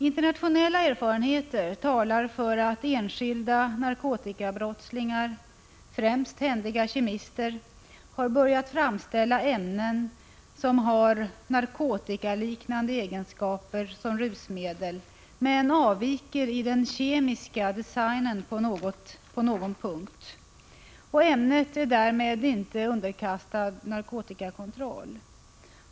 Internationella erfarenheter vittnar om att enskilda narkotikabrottslingar, främst händiga kemister, har börjat framställa ämnen, som har narkotikaliknande egenskaper som rusmedel, men som på någon punkt avviker i fråga om kemisk design. Ämnet är därmed inte underkastat narkotikakontroll.